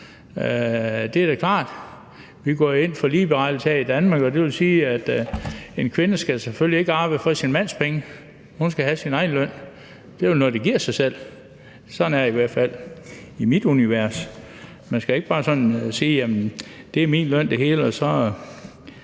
det er da klart. Vi går jo ind for ligeberettigelse her i Danmark, og det vil sige, at en kvinde selvfølgelig ikke skal arbejde for sin mands penge. Hun skal have sin egen løn. Det er vel noget, der giver sig selv. Sådan er det i hvert fald i mit univers. Man skal ikke bare sådan sige, at det er ens løn det hele, og at